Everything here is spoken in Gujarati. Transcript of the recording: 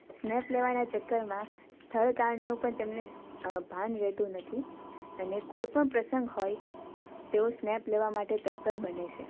સ્નેપ લેવાનાં ચકકરમાં સ્થળ કાળનું પણ તમને ભાન રહેતું નથી અને કોઈપણ પ્રસંગ હોય તેઓ સ્નેપ લેવા માટે તત્પર બને છે